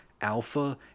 alpha